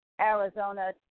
Arizona